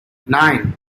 nine